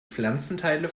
pflanzenteile